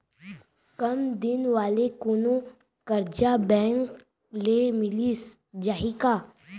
कम दिन वाले कोनो करजा बैंक ले मिलिस जाही का?